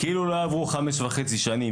כאילו לא עברו חמש וחצי שנים.